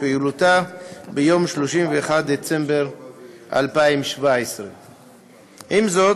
פעילותה ביום 31 בדצמבר 2017. עם זאת,